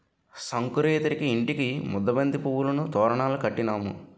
సంకురేతిరికి ఇంటికి ముద్దబంతి పువ్వులను తోరణాలు కట్టినాము